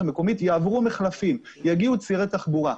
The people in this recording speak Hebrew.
שיעברו מחלפים, יגיעו צירי תחבורה,